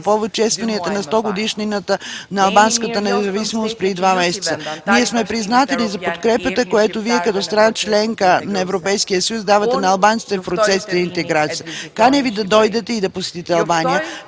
повод честванията на 100 годишнината на албанската независимост преди два месеца. Ние сме признателни за подкрепата, която Вие като страна – членка на Европейския съюз, давате на албанците в процесите на интеграция. Каня Ви да дойдете и да посетите Албания,